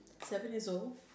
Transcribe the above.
seven years old